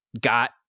got